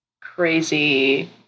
crazy